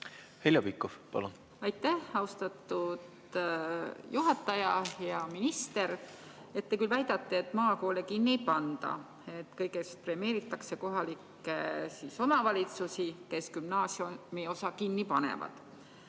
Heljo Pikhof, palun! Aitäh, austatud juhataja! Hea minister! Te küll väidate, et maakoole kinni ei panda, kõigest premeeritakse kohalikke omavalitsusi, kes gümnaasiumiosa kinni panevad.